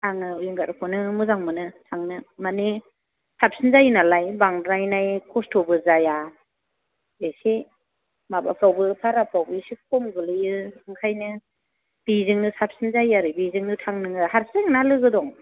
आङो विंगारखौनौ मोजां मोनो थांनो मानि साबसिन जायो नालाय बांद्रायनाय खस्थ'बो जाया एसे माबाफ्रावबो भाराफ्रावबो एसे खम गोलैयो ओंखायनो बेजोंनो साबसिन जायो आरो बेजोंनो थां नोङो हारसिं ना लोगो दं